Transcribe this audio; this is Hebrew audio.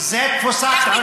זו תפיסת עולם,